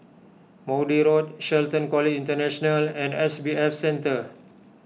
Maude Road Shelton College International and S B S Center